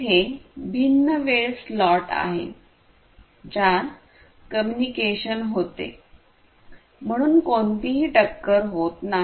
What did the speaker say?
तेथे भिन्न वेळ स्लॉट आहेत ज्यात कम्युनिकेशन होते म्हणून कोणतीही टक्कर होत नाही